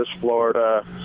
Florida